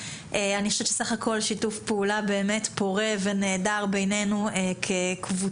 בסך הכול שיתוף פעולה באמת פורה ונהדר בינינו כקבוצה,